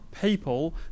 people